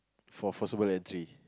for forcible entry